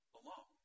alone